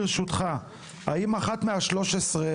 ברשותך: האם אחת מה-13,